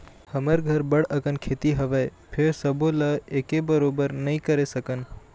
हमर घर बड़ अकन खेती हवय, फेर सबो ल एके बरोबर नइ करे सकन